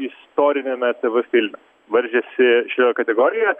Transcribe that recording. istoriniame tv filme varžėsi šioje kategorijoje